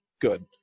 good